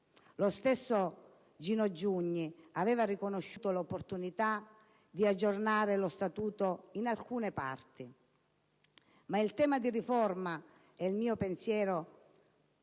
Lo stesso Gino Giugni aveva riconosciuto l'opportunità di aggiornare lo Statuto in alcune parti. Ma in tema di riforme il mio pensiero